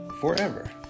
Forever